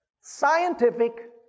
scientific